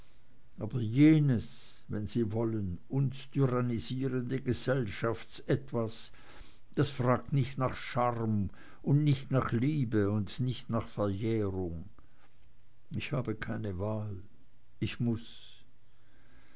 aber jenes wenn sie wollen uns tyrannisierende gesellschafts etwas das fragt nicht nach scharm und nicht nach liebe und nicht nach verjährung ich habe keine wahl ich muß